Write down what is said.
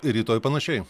rytoj panašiai